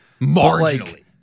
Marginally